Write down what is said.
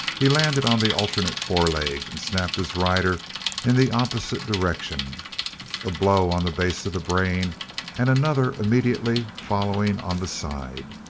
he landed on the alternate foreleg and snapped his rider in the opposite direction a blow on the base of the brain and another immediately following on the side.